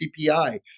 CPI